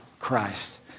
Christ